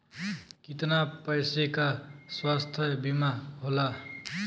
कितना पैसे का स्वास्थ्य बीमा होला?